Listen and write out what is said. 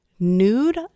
nude